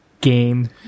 game